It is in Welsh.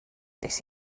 des